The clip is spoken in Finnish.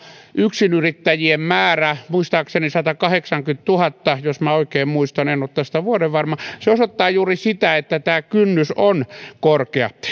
yksinyrittäjien määrä muistaakseni satakahdeksankymmentätuhatta jos oikein muistan en ole tästä vuorenvarma osoittaa juuri sitä että tämä kynnys on korkea